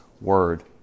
word